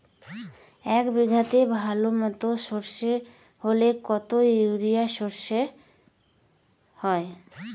এক বিঘাতে ভালো মতো সর্ষে হলে কত ইউরিয়া সর্ষে হয়?